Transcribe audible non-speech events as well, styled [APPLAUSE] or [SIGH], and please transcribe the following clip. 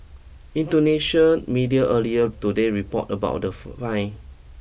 Indonesia media earlier today reported about the [UNINTELLIGIBLE] fine